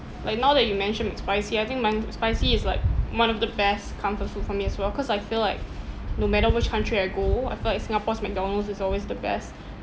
like now that you mentioned mcspicy I think mcspicy is like one of the best comfort food for me as well cause I feel like no matter which country I go I feel like singapore's mcdonald's is always the best